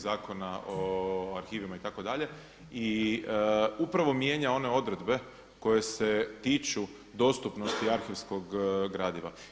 Zakona o arhivima itd. i upravo mijenja one odredbe koje se tiču dostupnosti arhivskog gradiva.